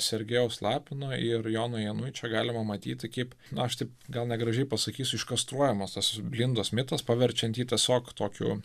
sergejaus lapino ir jono januičio galima matyti kaip aš taip gal negražiai pasakysiu iškastruojamas tas blindos mitas paverčiant jį tiesiog tokiu